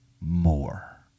more